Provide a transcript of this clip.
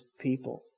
people